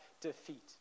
defeat